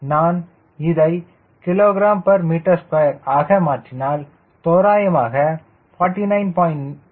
நான் இதை kgm2 ஆக மாற்றினால் தோராயமாக 49